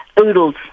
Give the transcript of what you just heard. Oodles